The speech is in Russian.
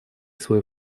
свой